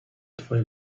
twoje